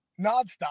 Nonstop